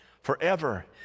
forever